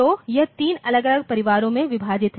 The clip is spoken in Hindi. तो यह तीन अलग अलग परिवारों में विभाजित है